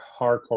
hardcore